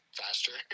faster